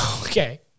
Okay